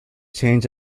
change